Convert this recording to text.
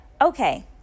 Okay